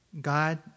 God